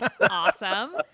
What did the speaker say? Awesome